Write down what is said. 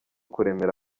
kuremera